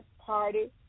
party